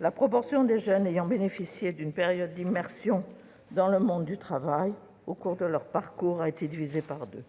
La proportion de jeunes ayant bénéficié d'une période d'immersion dans le monde du travail au cours de leur parcours a été divisée par deux.